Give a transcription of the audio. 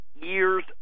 years